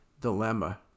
dilemma